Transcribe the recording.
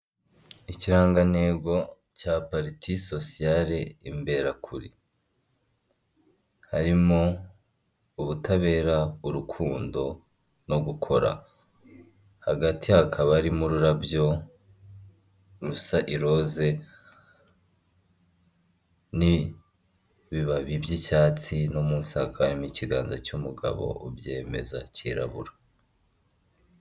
Ikirangantego cya pariti sosiyare imberakuri. Harimo ubutabera, urukundo no gukora. Hagati hakaba harimo ururabyo rusa iroze, n'ibibabi by'icyatsi, no munsi hakaba harimo ikiganza cy'umugabo ubyemeza cyirabura.